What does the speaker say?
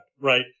right